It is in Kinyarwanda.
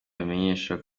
bamenya